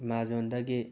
ꯑꯦꯃꯥꯖꯣꯟꯗꯒꯤ